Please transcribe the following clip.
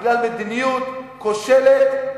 בגלל מדיניות כושלת.